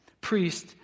Priest